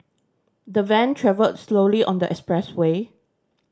the van travelled slowly on the expressway